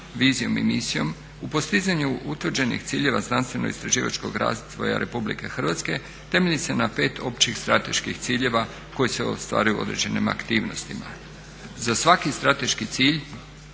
vizijom i misijom u postizanju utvrđenih ciljeva znanstveno-istraživačkog razvoja RH temelji se na pet općih strateških ciljeva koji se ostvaruju u određenim aktivnostima. Za svaki strateški cilj